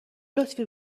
لطفی